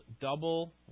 double